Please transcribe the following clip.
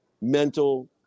mental